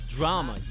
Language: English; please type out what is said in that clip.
Drama